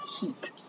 heat